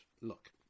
Look